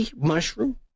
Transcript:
mushroom